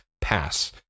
pass